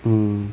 mm